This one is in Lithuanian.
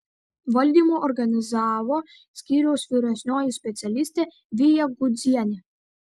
valdymo organizavo skyriaus vyresnioji specialistė vija kudzienė